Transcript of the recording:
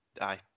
Aye